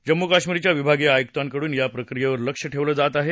जम्मू कश्मीरच्या विभागीय आयुकांकडून या प्रक्रियेवर लक्ष ठेवलं जात आहे